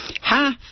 half